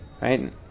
Right